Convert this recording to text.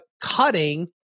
cutting